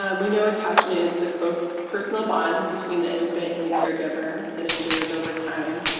um we know attachment is the close personal bond between the infant and the caregiver that injures over time.